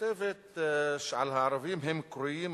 וכותבת שעל הערבים הם קוראים,